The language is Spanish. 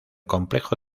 complejo